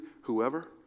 Whoever